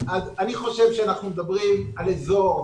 אני חושב שאנחנו מדברים על אזור,